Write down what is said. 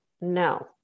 No